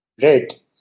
Great